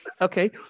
Okay